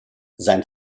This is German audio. sein